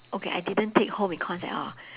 okay I didn't take home econs at all